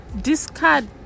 discard